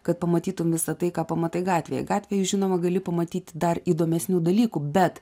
kad pamatytum visa tai ką pamatai gatvėje gatvėje žinoma gali pamatyti dar įdomesnių dalykų bet